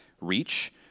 reach